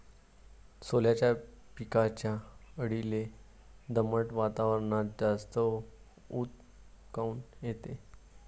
सोल्याच्या पिकावरच्या अळीले दमट वातावरनात जास्त ऊत काऊन येते?